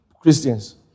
Christians